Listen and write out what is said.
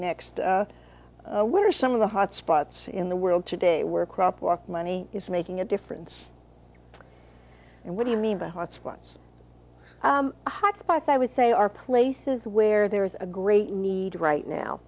next what are some of the hot spots in the world today where crop walk money is making a difference and what do you mean by hotspots hotspots i would say are places where there is a great need right now